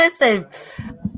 listen